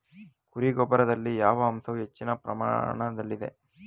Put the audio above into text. ಕುರಿ ಗೊಬ್ಬರದಲ್ಲಿ ಯಾವ ಅಂಶವು ಹೆಚ್ಚಿನ ಪ್ರಮಾಣದಲ್ಲಿದೆ?